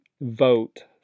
vote